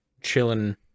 chilling